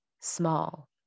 small